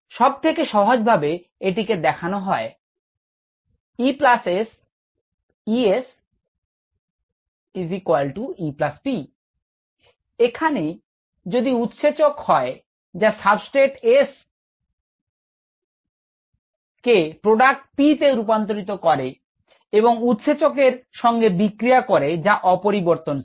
সবথেকে সহজভাবে এটিকে দেখানো হয় তাহলে এখানেই যদি উৎসেচক হয় যা সাবস্ট্রেট S কে প্রোডাক্ট P তে রূপান্তরিত করে এবং উৎসেচক এর সঙ্গে বিক্রিয়া করে যা অপরিবর্তনশীল